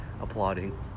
applauding